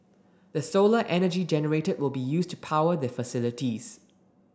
the solar energy generated will be used to power their facilities